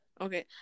Okay